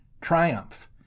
triumph